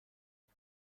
کمک